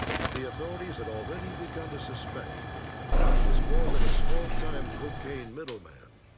but the authorities had already begun to suspect that gott was more than a small-time cocaine middleman.